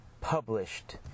published